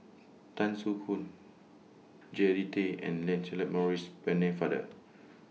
Tan Soo Khoon Jean Tay and Lancelot Maurice Pennefather